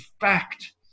fact